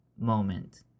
moment